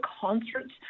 concerts –